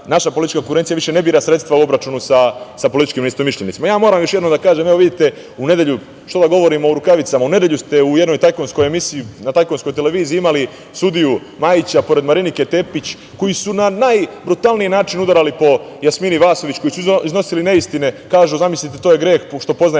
naša politička konkurencija više ne bira sredstva u obračunu sa političkim neistomišljenicima. Moram još jednom da kažem, evo, vidite, u nedelju, što da govorim u rukavicama, u nedelju ste u jednoj tajkunskoj emisiji na tajkunskoj televiziji imali sudiju Majića pored Marinike Tepić koji su na najbrutalniji način udarali po Jasmini Vasović, iznosili neistine, rekli da je greh što poznaje